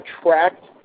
attract